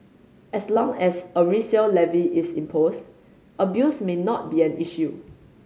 as long as a resale levy is imposed abuse may not be an issue